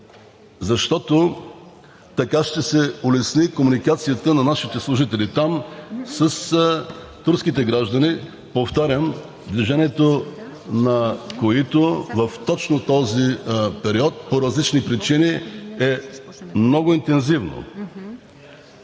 защото така ще се улесни комуникацията на нашите служители там с турските граждани, повтарям, движението на които точно в този период по различни причини е много интензивно.